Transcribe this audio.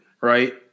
right